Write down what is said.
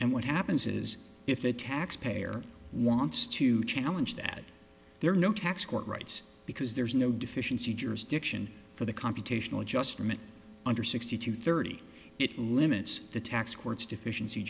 and what happens is if the tax payer wants to challenge that there are no tax court rights because there is no deficiency jurisdiction for the computational adjustment under sixty two thirty it limits the tax court's deficiency